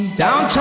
Downtown